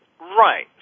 Right